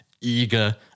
eager